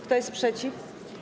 Kto jest przeciw?